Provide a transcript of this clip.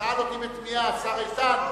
שאל אותי בתמיהה השר איתן,